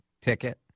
ticket